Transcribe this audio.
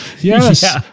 Yes